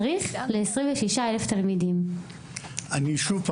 להלן תרגומם: כמה סייעות צריך ל-26,000 תלמידים?) שוב,